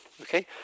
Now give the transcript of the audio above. Okay